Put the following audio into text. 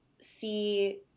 see